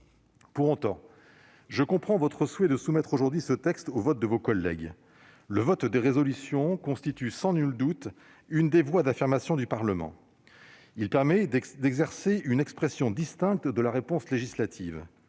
Pour autant, je comprends votre souhait de soumettre aujourd'hui ce texte à notre vote, mes chers collègues. Les résolutions constituent sans nul doute l'une des voies d'affirmation du Parlement, en permettant une expression distincte de la réponse législative.